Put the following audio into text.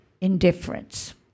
indifference